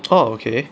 oh okay